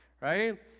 right